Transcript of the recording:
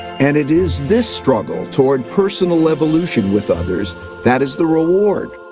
and it is this struggle toward personal evolution with others that is the reward.